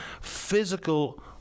physical